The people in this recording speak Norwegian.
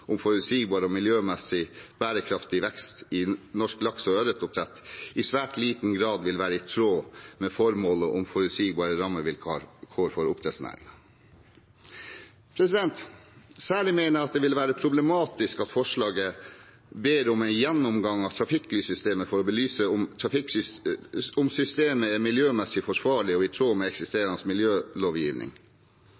om forutsigbare rammevilkår for oppdrettsnæringen. Særlig mener jeg det vil være problematisk at det i forslaget bes om en gjennomgang av trafikklyssystemet for å belyse om systemet er miljømessig forsvarlig og i tråd med